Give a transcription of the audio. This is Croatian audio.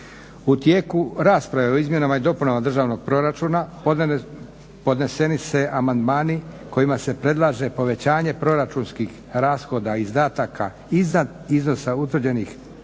U tijeku rasprave o izmjenama i dopunama državnog proračuna podneseni se amandmani kojima se predlaže povećanje proračunskih rashoda izdataka iznad iznosa utvrđenih